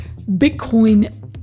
Bitcoin